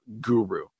guru